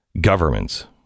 governments